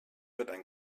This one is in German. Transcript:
wird